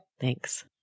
Thanks